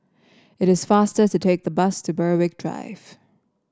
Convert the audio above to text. it is faster to take the bus to Berwick Drive